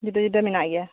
ᱡᱩᱫᱟᱹ ᱡᱩᱫᱟᱹ ᱢᱮᱱᱟᱜ ᱜᱮᱭᱟ